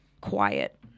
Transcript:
quiet